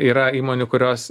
yra įmonių kurios